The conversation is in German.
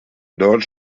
dort